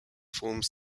forms